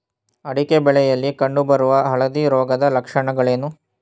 ಅಡಿಕೆ ಬೆಳೆಯಲ್ಲಿ ಕಂಡು ಬರುವ ಹಳದಿ ರೋಗದ ಲಕ್ಷಣಗಳೇನು?